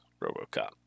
Robocop